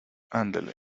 andele